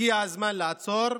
הגיע הזמן לעצור,